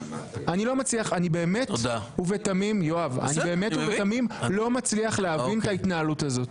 אני באמת ובתמים לא מצליח להבין את ההתנהלות הזאת.